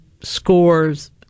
scores